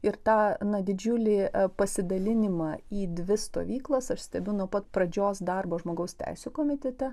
ir tą na didžiulį pasidalinimą į dvi stovyklas aš stebiu nuo pat pradžios darbo žmogaus teisių komitete